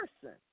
person